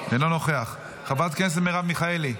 אינו נוכח, חברת הכנסת מירב מיכאלי,